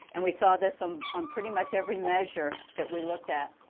and we saw this um on pretty much every measure that we looked at.